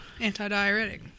anti-diuretic